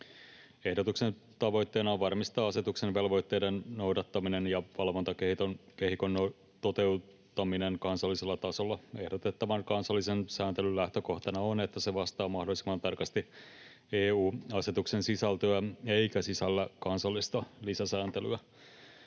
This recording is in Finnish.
Ehdotuksen tavoitteena on varmistaa asetuksen velvoitteiden noudattaminen ja valvontakehikon toteuttaminen kansallisella tasolla. Ehdotettavan kansallisen sääntelyn lähtökohtana on, että se vastaa mahdollisimman tarkasti EU-asetuksen sisältöä eikä sisällä kansallista lisäsääntelyä.